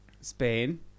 Spain